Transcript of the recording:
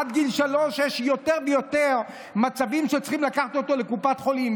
אז עד גיל שלוש יש יותר ויותר מצבים שבהם צריך לקחת אותו לקופת חולים,